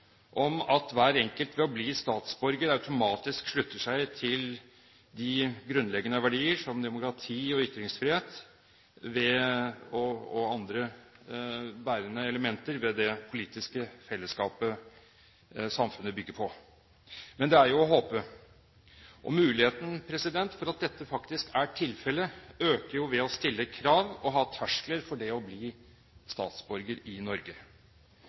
om at hver enkelt ved å bli statsborger automatisk slutter seg til de grunnleggende verdier som demokrati og ytringsfrihet og andre bærende elementer ved det politiske fellesskapet, som samfunnet bygger på. Det er jo å håpe! Muligheten for at dette faktisk er tilfellet, øker ved å stille krav og ha terskler for det å bli statsborger i Norge.